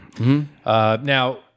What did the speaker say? Now